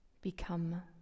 become